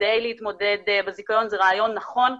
כדי להתמודד בזיכיון הוא נכון.